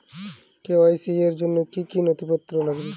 KYC র জন্য কি কি নথিপত্র লাগবে?